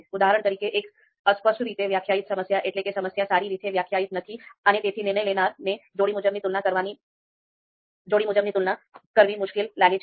ઉદાહરણ તરીકે એક અસ્પષ્ટ રીતે વ્યાખ્યાયિત સમસ્યા એટલે કે સમસ્યા સારી રીતે વ્યાખ્યાયિત નથી અને તેથી નિર્ણય લેનારને જોડી મુજબની તુલના કરવી મુશ્કેલ લાગે છે